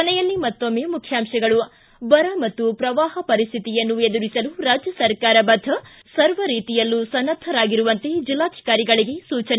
ಕೊನೆಯಲ್ಲಿ ಮತ್ತೊಮ್ಮೆ ಮುಖ್ಯಾಂಶಗಳು ್ರಾ ಬರ ಮತ್ತು ಪ್ರವಾಹ ಪರಿಸ್ಥಿತಿಯನ್ನು ಎದುರಿಸಲು ರಾಜ್ಯ ಸರ್ಕಾರ ಬದ್ದ ಸರ್ವರೀತಿಯಲ್ಲೂ ಸನ್ನದ್ಧವಾಗಿರುವಂತೆ ಜಿಲ್ಲಾಧಿಕಾರಿಗಳಿಗೆ ಸೂಚನೆ